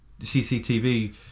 CCTV